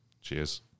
Cheers